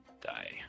die